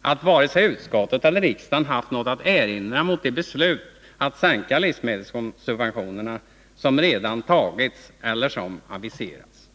att varken utskottet eller riksdagen har haft något att erinra mot de beslut att sänka livsmedelssubventionerna som redan fattats eller som aviserats.